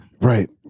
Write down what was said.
Right